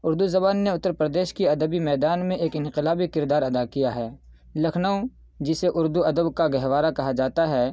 اردو زبان نے اتّر پردیش کی ادبی میدان میں ایک انقلابی کردار ادا کیا ہے لکھنؤ جسے اردو ادب کا گہورہ کہا جاتا ہے